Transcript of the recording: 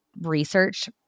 research